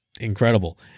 incredible